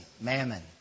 mammon